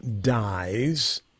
dies